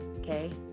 okay